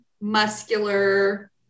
muscular